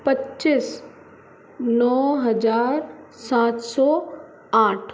पच्चीस नौ हज़ार सात सौ आठ